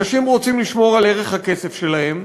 אנשים רוצים לשמור על ערך הכסף שלהם.